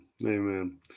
Amen